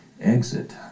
exit